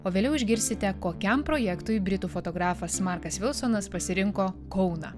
o vėliau išgirsite kokiam projektui britų fotografas markas vilsonas pasirinko kauną